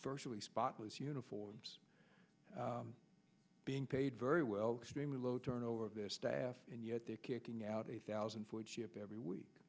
virtually spotless uniforms being paid very well could be low turnover of their staff and yet they're kicking out a thousand foot ship every week